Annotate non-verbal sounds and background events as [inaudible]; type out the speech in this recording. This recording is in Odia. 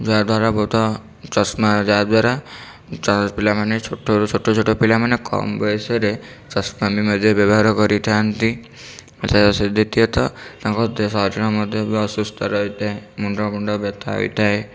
ଯାହାଦ୍ୱାରା ବହୁତ ଚଷମା ଯାହାଦ୍ୱାରା ଚ ପିଲାମାନେ ଛୋଟରୁ ଛୋଟ ଛୋଟ ପିଲାମାନେ କମ୍ ବୟସରେ ଚଷମା ମଧ୍ୟ ବ୍ୟବହାର କରିଥାନ୍ତି [unintelligible] ଦ୍ୱିତୀୟତଃ ତାଙ୍କ ଦେ ଶରୀର ମଧ୍ୟ ଅସୁସ୍ଥ ରହିଥାଏ ମୁଣ୍ଡ ମୁଣ୍ଡ ବ୍ୟଥା ହେଇଥାଏ